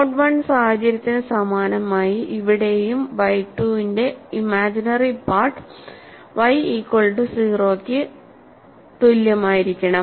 mode I സാഹചര്യത്തിന് സമാനമായി ഇവിടെയും YII യുടെ imaginary part y equal to 0 ആയിരിക്കണം